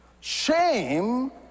Shame